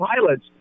Pilots